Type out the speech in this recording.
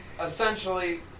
Essentially